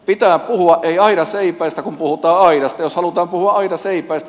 jos halutaan puhua aidanseipäistä niin puhutaan sitten